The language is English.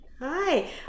Hi